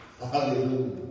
Hallelujah